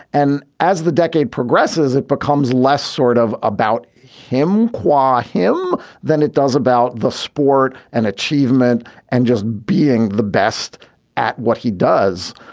and as the decade progresses, it becomes less sort of about him qua him than it does about the sport and achievement and just being the best at what he does